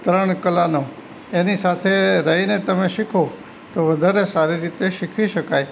તરણ કલાનો એની સાથે રહીને તમે શીખો તો વધારે સારી રીતે શીખી શકાય